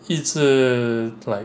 一直 like